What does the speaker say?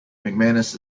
mcmanus